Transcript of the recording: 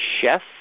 chef